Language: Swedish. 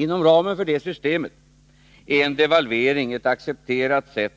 Inom ramen för detta system är en devalvering ett accepterat sätt